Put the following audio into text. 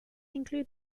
include